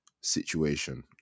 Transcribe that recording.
situation